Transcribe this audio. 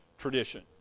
tradition